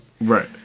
Right